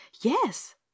yes